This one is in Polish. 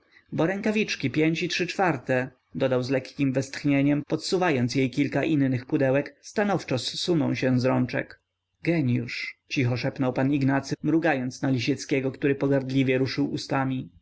bo rękawiczki pięć i trzy czwarte dodał z lekkiem westchnieniem podsuwając jej kilka innych pudełek stanowczo zsuną się z rączek geniusz cicho szepnął pan ignacy mrugając na lisieckiego który pogardliwie ruszył ustami